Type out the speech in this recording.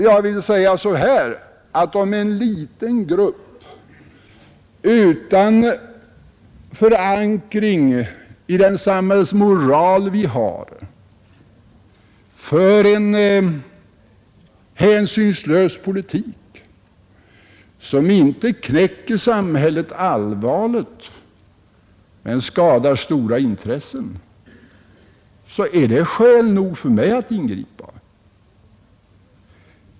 Jag vill säga så här: Om en liten grupp, med en politik utan förankring i den samhällsmoral vi har, för en hänsynslös politik, som inte knäcker samhället allvarligt men skadar stora intressen, så är det skäl nog för mig att ingripa.